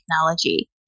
technology